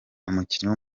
umukinnyi